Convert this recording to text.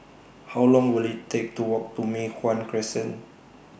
How Long Will IT Take to Walk to Mei Hwan Crescent